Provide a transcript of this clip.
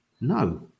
No